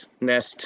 nest